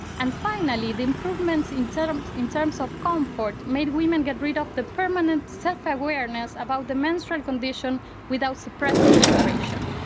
and finally the improvements in terms in terms of comfort made women get rid of the permanent self-awareness about the menstrual condition without suppressing menstruation.